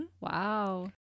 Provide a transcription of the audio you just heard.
Wow